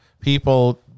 people